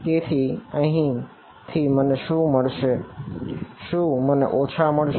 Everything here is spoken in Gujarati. તેથી અહીંથી મને શું મળશે શું મને ઓછા મળશે